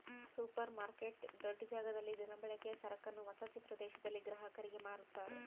super market ದೊಡ್ಡ ಜಾಗದಲ್ಲಿ ದಿನಬಳಕೆಯ ಸರಕನ್ನು ವಸತಿ ಪ್ರದೇಶದಲ್ಲಿ ಗ್ರಾಹಕರಿಗೆ ಮಾರುತ್ತಾರೆ